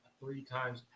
three-times